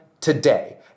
today